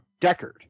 Deckard